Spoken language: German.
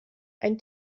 ein